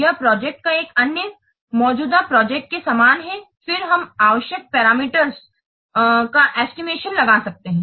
यह प्रोजेक्ट एक अन्य मौजूदा प्रोजेक्ट के समान है फिर हम आवश्यक पैरामीटर्स का एस्टिमेट्स लगा सकते हैं